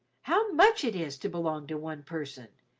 how much it is to belong to one person,